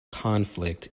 conflict